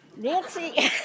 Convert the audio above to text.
Nancy